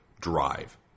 drive